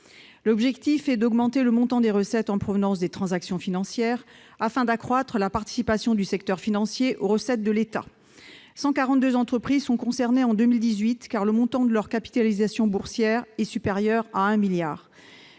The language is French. objectif est d'augmenter les recettes fiscales liées aux transactions financières, afin d'accroître la participation du secteur financier aux recettes de l'État. En 2018, 142 entreprises sont concernées, le montant de leur capitalisation boursière étant supérieur à 1 milliard